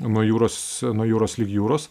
nuo jūros nuo jūros lig jūros